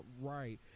right